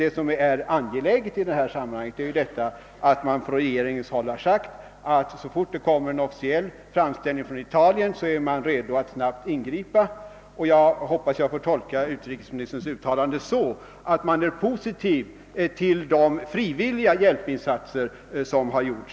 Det viktiga i sammanhanget är att det från regeringshåll uttalats, att så fort det kommer en officiell framställning från Italien är man redo att snabbt ingripa. Jag hoppas att jag får tolka utrikesministerns uttalande så, att man är positiv till de frivilliga hjälpinsatser som har gjorts.